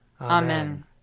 Amen